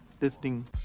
listening